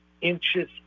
inches